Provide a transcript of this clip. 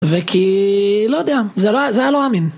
וכי לא יודע, זה היה לא אמין.